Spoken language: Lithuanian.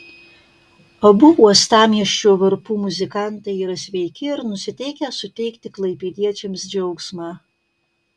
abu uostamiesčio varpų muzikantai yra sveiki ir nusiteikę suteikti klaipėdiečiams džiaugsmą